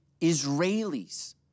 Israelis